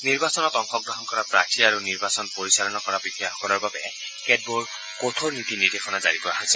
নিৰ্বাচনত অংশগ্ৰহণ কৰা প্ৰাৰ্থী আৰু নিৰ্বাচন পৰিচালনা কৰা বিষয়াসকলৰ বাবে কেতবোৰ কঠোৰ নীতি নিৰ্দেশনা জাৰি কৰা হৈছে